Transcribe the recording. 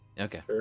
Okay